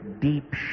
deep